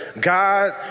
God